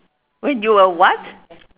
when you were what